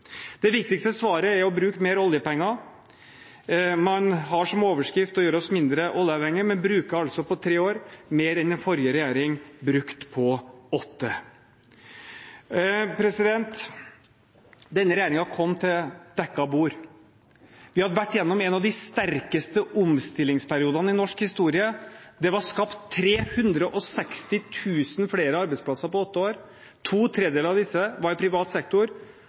Det viktigste svaret er å bruke mer oljepenger. Man har som overskrift å gjøre oss mindre oljeavhengig, men bruker altså mer på tre år enn den forrige regjering brukte på åtte. Denne regjeringen kom til dekket bord. Vi hadde vært gjennom en av de sterkeste omstillingsperiodene i norsk historie, det ble skapt 360 000 flere arbeidsplasser på åtte år, to tredjedeler av disse var i privat sektor,